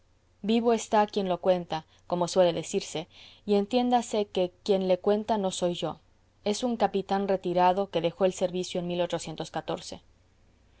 vivo está quien lo cuenta como suele decirse y entiéndase que quien le cuenta no soy yo es un capitán retirado que dejó el servicio en hoy